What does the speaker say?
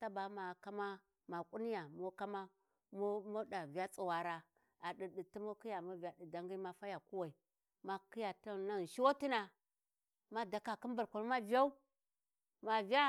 taba ma kama ma ƙuniyya mu kama hesitation ɗa vya tsuwara, a ɗirɗirta mu khiya mu vya ɗi dangai mu faya Kuwai. Ma khiya naghum shuwatina, ma daka khin barkwanuni ma Vyau ma vya.